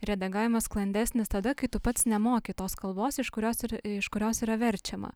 redagavimas sklandesnis tada kai tu pats nemoki tos kalbos iš kurios ir iš kurios yra verčiama